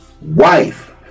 wife